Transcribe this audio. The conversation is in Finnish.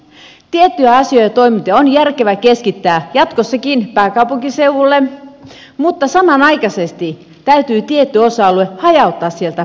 tiettyjä asioita ja toimintoja on järkevää keskittää jatkossakin pääkaupunkiseudulle mutta samanaikaisesti täytyy tietty osa alue hajauttaa sieltä pois